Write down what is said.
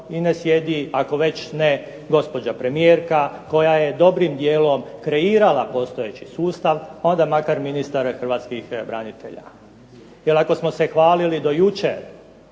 i ne sjedi, ako već ne gospođa premijerka koja je dobrim dijelom kreirala postojeći sustav pa da makar ministar hrvatskih branitelja. Jer ako smo se hvalili do jučer